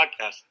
podcast